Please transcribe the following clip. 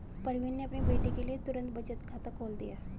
प्रवीण ने अपनी बेटी के लिए तुरंत बचत खाता खोल लिया